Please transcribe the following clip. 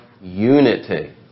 unity